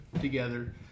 together